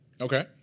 Okay